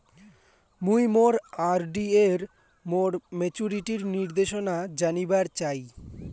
মুই মোর আর.ডি এর মোর মেচুরিটির নির্দেশনা জানিবার চাই